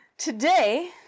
Today